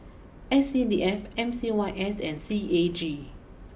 S C D F M C Y S and C A G